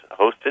hosted